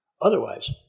Otherwise